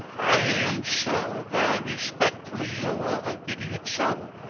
i am, sir, very respectfully, your obedient servant,